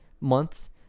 months